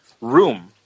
room